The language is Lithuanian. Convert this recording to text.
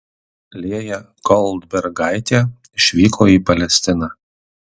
lėja goldbergaitė išvyko į palestiną